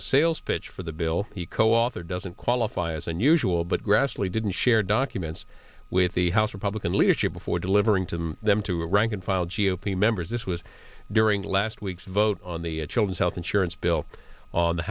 the sales pitch for the bill he coauthored doesn't qualify as unusual but grassley didn't share documents with the house republican leadership before delivering to them to rank and file g o p members this was during last week's vote on the children's health insurance bill on the